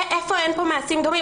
איפה אין פה מעשים דומים?